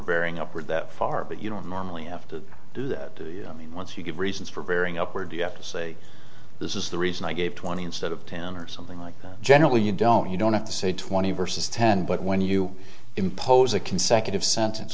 bearing up or that far but you don't normally have to do that once you give reasons for bearing upward you have to say this is the reason i gave twenty instead of ten or something like generally you don't you don't have to say twenty versus ten but when you impose a consecutive sentence